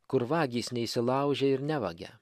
kur vagys neįsilaužia ir nevagia